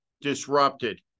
disrupted